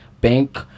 bank